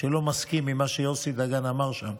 שלא מסכים עם מה שיוסי דגן אמר שם: